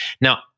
Now